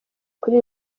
kuri